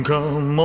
Come